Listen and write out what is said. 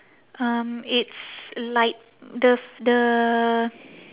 um it's like the the